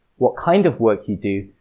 what kind of work you do,